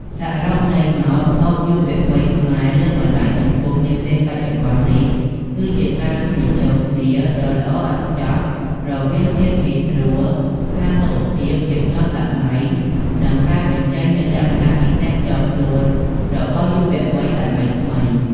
សរុបន័យមក ម៉ូដយុវវ័យខ្មែរលើបណ្ដាញសង្គមនាពេលបច្ចុប្បន្ននេះគឺជាការរួមបញ្ចូលគ្នាដ៏ល្អឥតខ្ចោះរវាងភាពងាយស្រួល ផាសុកភាព ភាពទាន់សម័យ និងការបញ្ចេញនូវលក្ខណៈពិសេសផ្ទាល់ខ្លួនរបស់យុវវ័យសម័យថ្មី។